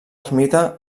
ermita